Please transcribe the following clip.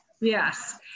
Yes